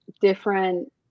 different